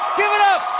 give it up